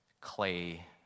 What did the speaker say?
clay